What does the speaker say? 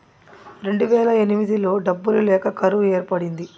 రెండువేల ఎనిమిదిలో డబ్బులు లేక కరువు ఏర్పడింది